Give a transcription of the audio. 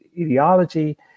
ideology